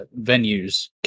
venues